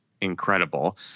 incredible